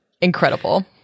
Incredible